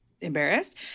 embarrassed